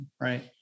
right